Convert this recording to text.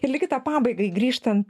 ir ligitą pabaigai grįžtant